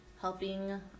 helping